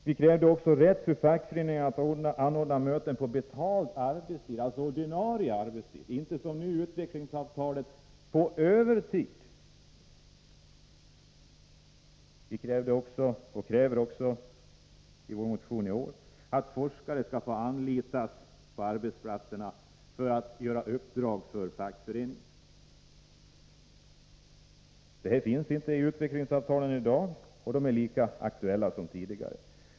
Vi krävde också att fackföreningarna skulle ha rätt att anordna möten på betald arbetstid, alltså på ordinarie arbetstid och inte som nu, enligt utvecklingsavtalet, på övertid. Vi krävde, och kräver i vår motion i år, att forskare skall få anlitas på arbetsplatserna för att utföra uppdrag åt fackföreningarna. Dessa krav tillgodoses inte i det utvecklingsavtal som vi i dag har och är därför lika aktuella som tidigare.